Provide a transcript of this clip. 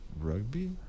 rugby